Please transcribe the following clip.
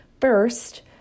First